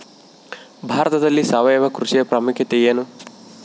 ಭಾರತದಲ್ಲಿ ಸಾವಯವ ಕೃಷಿಯ ಪ್ರಾಮುಖ್ಯತೆ ಎನು?